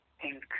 pink